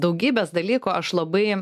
daugybės dalykų aš labai